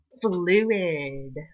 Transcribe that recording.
fluid